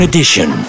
Edition